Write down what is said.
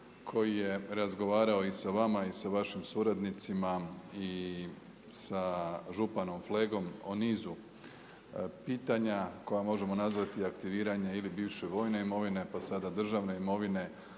koji je razgovarao i sa vama i sa vašim suradnicima i sa županom Flegom o nizu pitanja koja možemo nazvati aktiviranje ili bivše vojne imovine, pa sada državne imovine